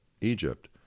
Egypt